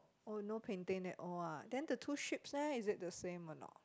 oh no painting at all ah then the two ships leh is it the same or not